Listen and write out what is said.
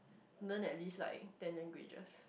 no at least like then agree just